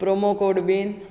promo code बीन